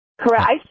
Correct